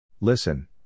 Listen